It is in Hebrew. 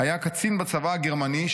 היה קצין בצבא הגרמני,